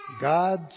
God